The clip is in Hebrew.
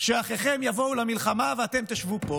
שאחיכם יבוא למלחמה ואתם תשבו פה.